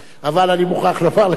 אבל אני מוכרח לומר לך,